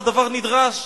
זה דבר נדרש,